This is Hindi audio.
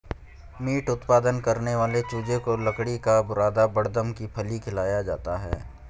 मीट उत्पादन करने वाले चूजे को लकड़ी का बुरादा बड़दम की फली खिलाया जाता है